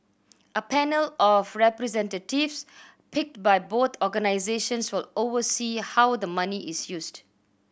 a panel of representatives picked by both organisations will oversee how the money is used